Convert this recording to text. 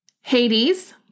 Hades